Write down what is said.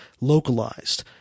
localized